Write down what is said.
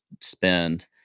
spend